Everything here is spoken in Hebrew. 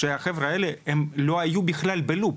החבר'ה האלו בכלל לא היו בלופ,